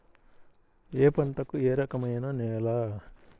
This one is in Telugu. ఏ పంటకు ఏ రకమైన నేల?